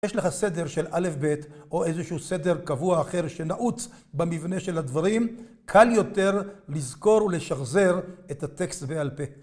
אם יש לך סדר של א' ב' או איזשהו סדר קבוע אחר שנעוץ במבנה של הדברים, קל יותר לזכור ולשחזר את הטקסט בעל פה.